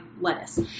lettuce